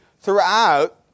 throughout